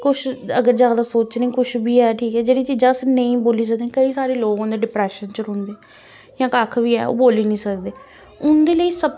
कुछ अगर जादा सोचने कुछ बी ऐ जेह्ड़ी चीजां अस नेईं बोली सकनें केंई सारे लोग होंदे न डिप्रेशन च रौहंदे जां कक्ख बी ऐ ओह् बोली निं सकदे उंदे लेई सब